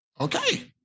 Okay